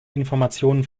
informationen